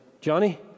Johnny